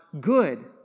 good